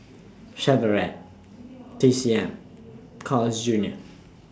Chevrolet T C M Carl's Junior